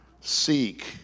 seek